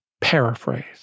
Paraphrase